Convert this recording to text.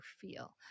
feel